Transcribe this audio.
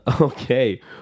Okay